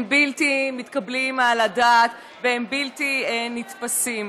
בלתי מתקבלים על הדעת והם בלתי נתפסים.